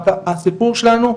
רק הסיפור שלנו,